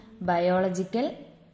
biological